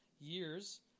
years